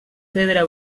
pedra